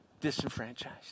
disenfranchised